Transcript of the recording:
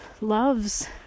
loves